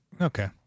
Okay